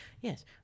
Yes